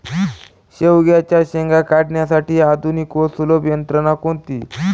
शेवग्याच्या शेंगा काढण्यासाठी आधुनिक व सुलभ यंत्रणा कोणती?